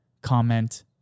comment